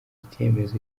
icyemezo